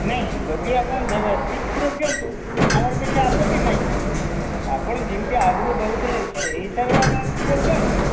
ନାଇଁ ଯଦି ଆପଣ ଦେବେ ଠିକ୍ କ୍ଷୀର ଦିଅନ୍ତୁ ଆମର କିଛି ଆପତ୍ତି ନାହିଁ ଆପଣ ଯେମତି ଆଗରୁ ଦେଉଥିଲେ ସେହି ହିସାବରେ ଆପଣ କ୍ଷୀର ଦିଅନ୍ତୁ